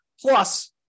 Plus